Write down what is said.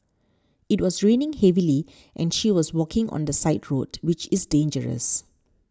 it was raining heavily and she was walking on the side road which is dangerous